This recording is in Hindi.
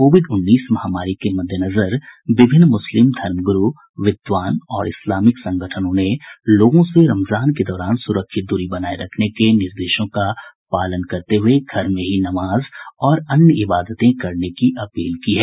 कोविड उन्नीस महामारी के मद्देनजर विभिन्न मुस्लिम धर्म गु्रु विद्वान और इस्लामिक संगठनों ने लोगों से रमजान के दौरान सुरक्षित दूरी बनाए रखने के निर्देशों का पालन करते हुए घर में ही नमाज और अन्य इबादतें करने की अपील की है